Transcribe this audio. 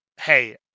Hey